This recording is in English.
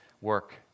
work